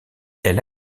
elle